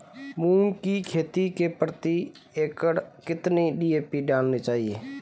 मूंग की खेती में प्रति एकड़ कितनी डी.ए.पी डालनी चाहिए?